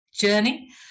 journey